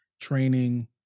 training